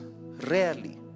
rarely